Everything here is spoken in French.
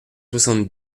soixante